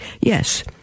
Yes